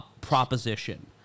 proposition